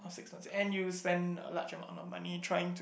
six months and you spend a large amount of money trying to